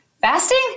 fasting